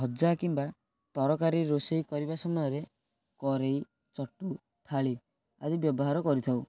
ଭଜା କିମ୍ବା ତରକାରୀ ରୋଷେଇ କରିବା ସମୟରେ କରେଇ ଚଟୁ ଥାଳି ଆଦି ବ୍ୟବହାର କରିଥାଉ